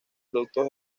productos